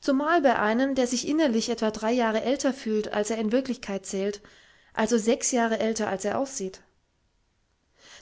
zumal bei einem der sich innerlich etwa drei jahre älter fühlt als er in wirklichkeit zählt also sechs jahre älter als er aussieht